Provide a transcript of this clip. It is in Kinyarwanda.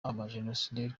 abajenosideri